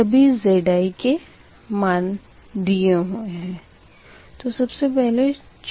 सभीZikमान दिए हुए है